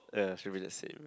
ya should be the same